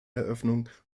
eröffnung